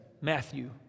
Matthew